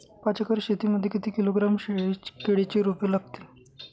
पाच एकर शेती मध्ये किती किलोग्रॅम केळीची रोपे लागतील?